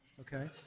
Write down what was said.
Okay